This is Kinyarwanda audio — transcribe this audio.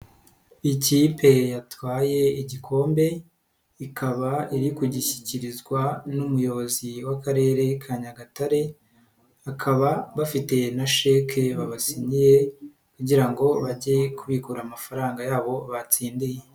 Ikipe yatwaye igikombe ikaba iri kugishyikirizwa n'umuyobozi w'Akarere ka Nyagatare bakaba bafi na sheke babasinyiye kugira ngo bajye kubikura amafaranga yabo batsindiye.